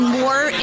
more